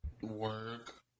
Work